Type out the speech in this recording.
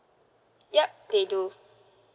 yup they do